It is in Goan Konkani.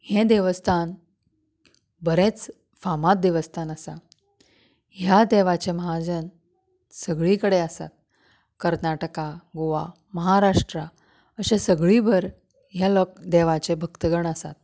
हें देवस्थान बरेंच फामाद देवस्थान आसा ह्या देवाचे महाजन सगळे कडेन आसा कर्नाटका गोवा महाराष्ट्रा अशें सगळीं भर हे लोक देवाचे भक्तगण आसात